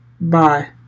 Bye